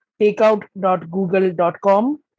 takeout.google.com